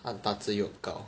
他很大只又很高